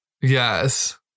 Yes